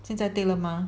现在对了吗